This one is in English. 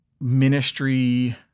ministry